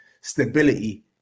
stability